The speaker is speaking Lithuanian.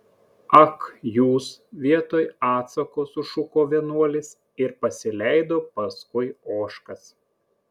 ak jūs vietoj atsako sušuko vienuolis ir pasileido paskui ožkas